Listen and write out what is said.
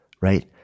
right